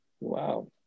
Wow